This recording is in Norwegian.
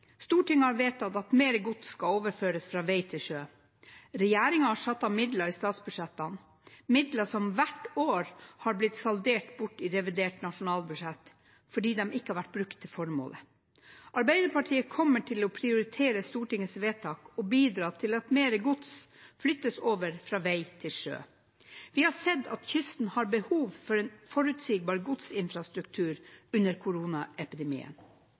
Stortinget har vedtatt at mer gods skal overføres fra vei til sjø. Regjeringen har satt av midler i statsbudsjettene, midler som hvert år har blitt saldert bort i revidert nasjonalbudsjett fordi de ikke har vært brukt til formålet. Arbeiderpartiet kommer til å prioritere Stortingets vedtak og bidra til at mer gods flyttes over fra vei til sjø. Vi har sett at kysten har behov for en forutsigbar godsinfrastruktur under koronaepidemien.